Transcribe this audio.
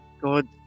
God